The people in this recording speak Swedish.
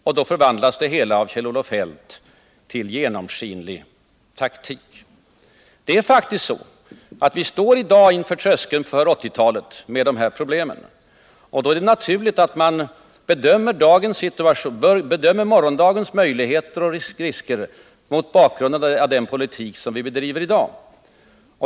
Men då förvandlas det hela av Kjell-Olof Feldt till ”genomskinlig taktik”! Vi står faktiskt i dag på tröskeln till ett 1980-tal med stora problem, och då är det naturligt att man bedömer morgondagens möjligheter och risker mot bakgrund av den politik som vi bedriver i dag.